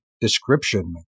description